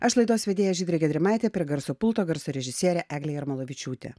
aš laidos vedėja žydrė gedrimaitė prie garso pulto garso režisierė eglė jarmolavičiūtė